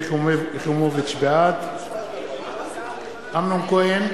בעד אמנון כהן,